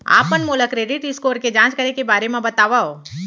आप मन मोला क्रेडिट स्कोर के जाँच करे के बारे म बतावव?